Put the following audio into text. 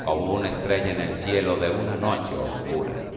como una estrella en el cielo de una noche oscura